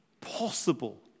possible